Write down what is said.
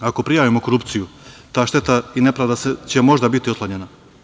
Ako prijavimo korupciju, ta šteta i nepravda će možda biti otklonjena.